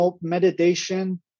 meditation